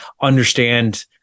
understand